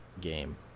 game